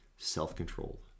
self-control